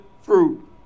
fruit